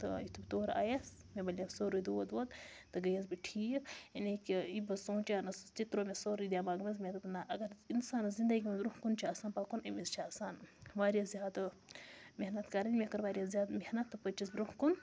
تہٕ یُتھُے بہٕ تورٕ آیَس مےٚ بَلیو سورُے دود وود تہٕ گٔیَس بہٕ ٹھیٖک یعنی کہِ یہِ بہٕ سونٛچان ٲسٕس تہِ ترٛوو مےٚ سورُے دٮ۪ماغہٕ منٛز مےٚ دوٚپ نہ اگر اِنسانَس زندگی منٛز بروںٛہہ کُن چھِ آسان پَکُن أمِس چھِ آسان واریاہ زیادٕ محنت کَرٕنۍ مےٚ کٔر واریاہ زیادٕ محنت تہٕ پٔچِس بروںٛہہ کُن